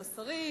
על השרים,